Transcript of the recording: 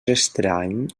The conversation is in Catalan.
estrany